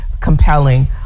compelling